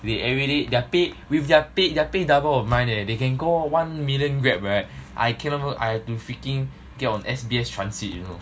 they everyday their pay with their paid their pay double of mine leh they can go one million grab right I cannot even I have to freaking 叫 S_B_S transit you know